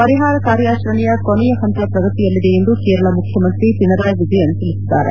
ಪರಿಹಾರ ಕಾರ್ಯಾಚರಣೆಯ ಕೊನೆಯ ಹಂತ ಪ್ರಗತಿಯಲ್ಲಿದೆ ಎಂದು ಕೇರಳ ಮುಖ್ಯಮಂತ್ರಿ ಪಿಣರಾಯಿ ವಿಜಯನ್ ತಿಳಿಸಿದ್ದಾರೆ